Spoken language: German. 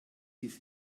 dies